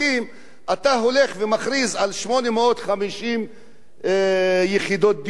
אתה הולך ומכריז על 850 יחידות דיור נוספות.